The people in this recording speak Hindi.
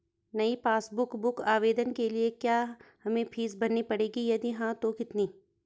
नयी पासबुक बुक आवेदन के लिए क्या हमें फीस भरनी पड़ेगी यदि हाँ तो कितनी?